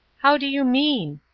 how do you mean?